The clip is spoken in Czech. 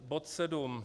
Bod sedm.